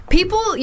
People